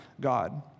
God